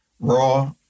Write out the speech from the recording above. raw